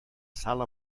sala